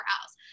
house